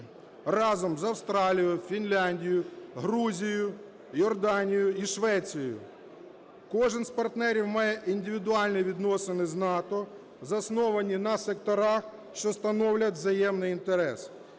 разом з Австралією, Фінляндією, Грузією, Йорданією і Швецією. Кожен з партнерів має індивідуальні відносини з НАТО, засновані на секторах, що становлять взаємний інтерес.